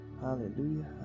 hallelujah